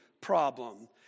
problem